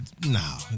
No